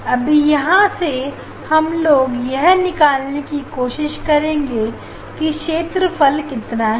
अभी यहां से हम लोग यह निकालने की कोशिश करेंगे की क्षेत्र कितना है